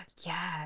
Yes